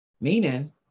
Meaning